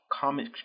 comic